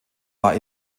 war